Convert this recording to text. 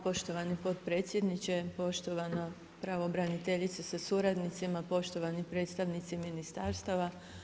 Poštovani potpredsjedniče, poštovana pravobraniteljice sa suradnicima, poštovani predstavnici ministarstava!